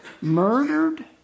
murdered